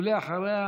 ואחריה,